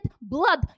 blood